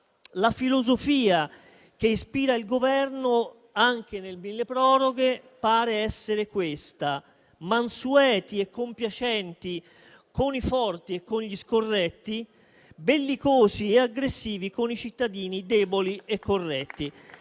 la filosofia che ispira il Governo, anche nel milleproroghe, pare volta ad essere mansueti e compiacenti con i forti e con gli scorretti; bellicosi e aggressivi con i cittadini deboli e corretti.